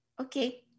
Okay